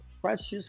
precious